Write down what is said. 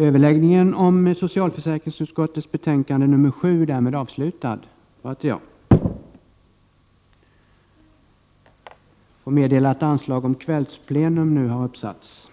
Jag får meddela att anslag nu har satts upp om att detta sammanträde skall fortsätta efter kl. 19.00.